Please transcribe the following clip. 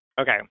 Okay